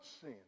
sin